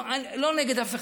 לא נגד אף אחד.